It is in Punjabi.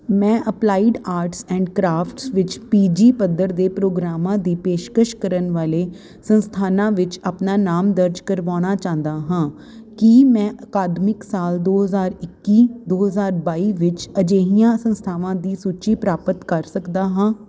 ਮੈਂ ਅਪਲਾਈਡ ਆਰਟਸ ਐਂਡ ਕਰਾਫਟਸ ਵਿੱਚ ਪੀ ਜੀ ਪੱਧਰ ਦੇ ਪ੍ਰੋਗਰਾਮਾਂ ਦੀ ਪੇਸ਼ਕਸ਼ ਕਰਨ ਵਾਲੇ ਸੰਸਥਾਨਾਂ ਵਿੱਚ ਆਪਣਾ ਨਾਮ ਦਰਜ ਕਰਵਾਉਣਾ ਚਾਹੁੰਦਾ ਹਾਂ ਕੀ ਮੈਂ ਅਕਾਦਮਿਕ ਸਾਲ ਦੋ ਹਜ਼ਾਰ ਇੱਕੀ ਦੋ ਹਜ਼ਾਰ ਬਾਈ ਵਿੱਚ ਅਜਿਹੀਆਂ ਸੰਸਥਾਵਾਂ ਦੀ ਸੂਚੀ ਪ੍ਰਾਪਤ ਕਰ ਸਕਦਾ ਹਾਂ